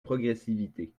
progressivité